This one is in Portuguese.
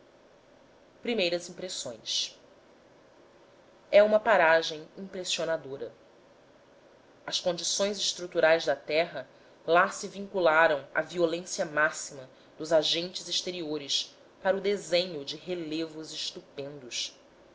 adusto primeiras impressões é uma paragem impressionadora as condições estruturais da terra lá se vincularam à violência máxima dos agentes exteriores para o desenho de relevos estupendos